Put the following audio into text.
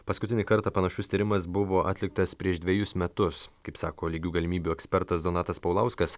paskutinį kartą panašus tyrimas buvo atliktas prieš dvejus metus kaip sako lygių galimybių ekspertas donatas paulauskas